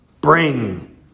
bring